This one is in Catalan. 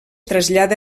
trasllada